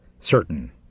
certain